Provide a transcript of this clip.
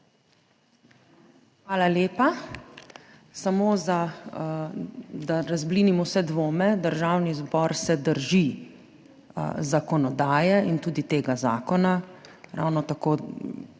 Hvala lepa. Samo, da razblinim vse dvome. Državni zbor se drži zakonodaje in tudi tega zakona ravno tako